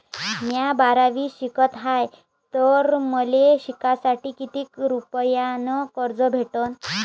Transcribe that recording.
म्या बारावीत शिकत हाय तर मले शिकासाठी किती रुपयान कर्ज भेटन?